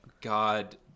God